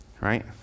Right